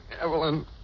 Evelyn